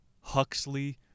Huxley